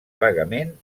pagament